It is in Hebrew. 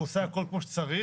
הוא עושה הכל כמו שצריך.